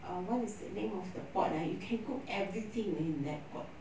err what is the name of the pot uh you can cook everything in that pot